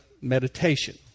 meditation